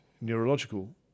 neurological